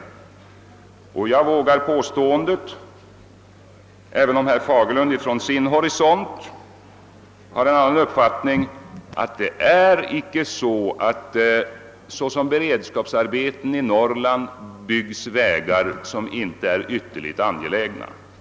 Jag vågar påstå — trots att herr Fagerlund som ser saken från sin horisont har annan uppfattning — att det inte är så, att det såsom beredskapsarbeten i Norrland byggs vägar som inte är ytterligt angelägna.